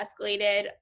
escalated